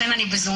לכן אני בזום.